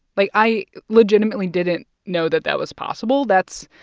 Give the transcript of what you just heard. like, i legitimately didn't know that that was possible. that's,